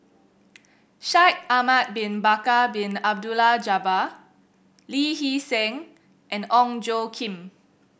Shaikh Ahmad Bin Bakar Bin Abdullah Jabbar Lee Hee Seng and Ong Tjoe Kim